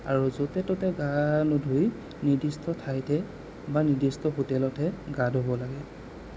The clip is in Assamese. আৰু য'তে ত'তে গা নুধুই নিৰ্দিষ্ট ঠাইতহে বা নিৰ্দিষ্ট হোটেলতহে গা ধুব লাগে